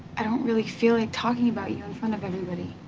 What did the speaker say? i don't really feel like talking about you in front of everybody.